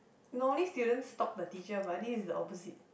normally students stalk the teacher but I think is the opposite